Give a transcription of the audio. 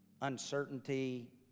uncertainty